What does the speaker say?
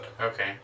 Okay